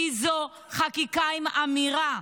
כי זו חקיקה עם אמירה.